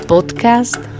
Podcast